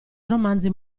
romanzi